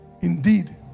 indeed